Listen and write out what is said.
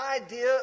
idea